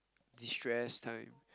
destress time